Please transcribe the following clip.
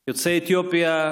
יוצאי אתיופיה,